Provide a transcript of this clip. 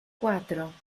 cuatro